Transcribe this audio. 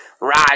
right